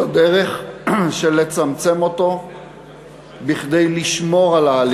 הדרך לצמצם אותו כדי לשמור על ההליך הדמוקרטי.